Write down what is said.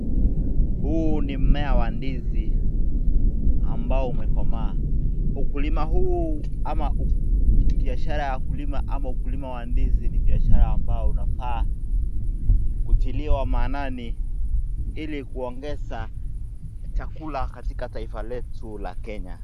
Huu ni mmea wa ndizi ambao umekomaa, ukulima huu, ama biashara ya kulima, ama ukulima wa ndizi nia biashara ambayo inafaa kutiliwa maanani ili kuongeza chakula katika taifa letu la Kenya.